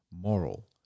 moral